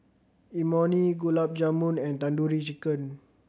Imoni Gulab Jamun and Tandoori Chicken